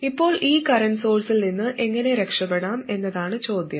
ഇപ്പോൾ ഈ കറന്റ് സോഴ്സിൽ നിന്ന് എങ്ങനെ രക്ഷപ്പെടാം എന്നതാണ് ചോദ്യം